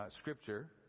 Scripture